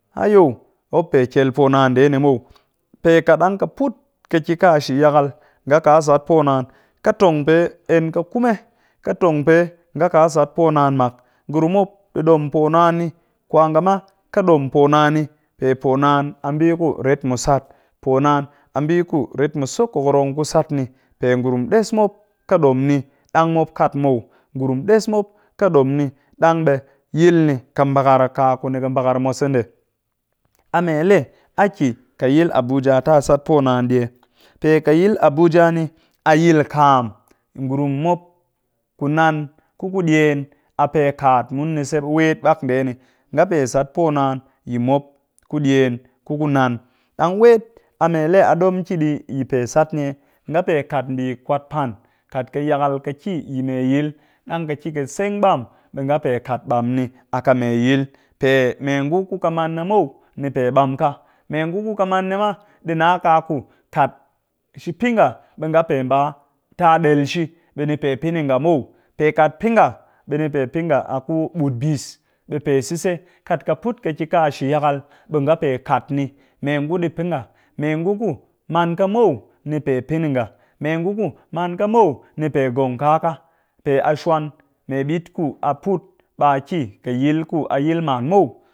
Hayo! Mop pe kyel poo naan ndee ni muw, pe kat ɗang ka put ka ki ka shi yakal nga ka sat poo naan, katong pee enka kume ka tong pee nga ka sat poo naan mak, ngurum mop ɗi ɗom poo naan kwa nga ma kaɗom poo naan ni, pe poo naan ambii ku ret mu sat, poo naan a mbii ku ret mu so kokorong ku sat ni pe ngurum ɗes mop ƙɨ ɗom ni, ɗang mop kaat muw ngurun ɗes ƙɨ ɗom ni ɗang ɓe yil ni ƙɨ ɓakar kaku ni ƙɨ ɓakar mwase ndee, a me lee a ki ƙɨ yil abuja ti a sat poo naan ɗi ye? Pe ƙɨ yil abuja ni a yil kaam, ngurum mop ku nnan kuku ɗiyen a pee kaat mun ni se wet ɓak ndee ni nga pe sat poo naan yi mop ku ɗiyen ku ku nnan ɗang wet a mee lee a dom pe ki sat niye? Nga pe kaat mbii kwat pan kat ka yakal ƙɨ ki yi mee yil ɗang ƙɨ ki ƙɨ seng ɓam ɓe nga pe kat ɓam ni a ƙɨ mee yil pe mee ngu ku ƙɨ maan ni muw ni pe ɓam ka, mee ngu ku ƙɨ maan ni ma ɗi nna kaku kat shi pɨ nga ɓe nga pe mba ta ɗel shi, ɓe ni pe pɨ ni nga muw ɓe kat pɨ nga ɓe ni pe pɨ nga a ku ɓut bis, ɓe pe sise, kat ƙɨ put ka ƙɨ ki a shi yakal ɓe nga pe kat ni mee ngu ɗi pɨ nga, mee nguku maan ka muw ni pe pɨ ni nga mee ngu ku maan ka muw ni pe ngong kaa ka pe a shwan mee ɓit ku a put a ki ƙɨ yil ku a yil man muw.